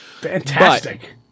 Fantastic